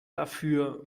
dafür